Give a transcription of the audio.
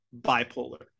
bipolar